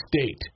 State